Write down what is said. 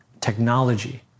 technology